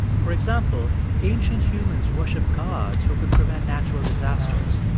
for example, ancient humans worshipped gods who could prevent natural disasters.